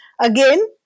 Again